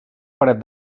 paret